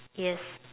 yes